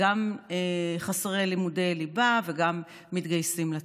גם חסרי לימודי ליבה וגם לא מתגייסים לצבא.